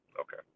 okay